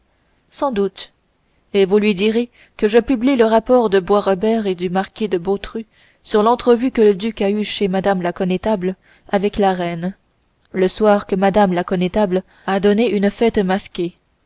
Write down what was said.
sans doute et vous lui direz que je publie le rapport de boisrobert et du marquis de beautru sur l'entrevue que le duc a eu chez mme la connétable avec la reine le soir que mme la connétable a donné une fête masquée